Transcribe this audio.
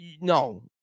no